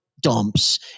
dumps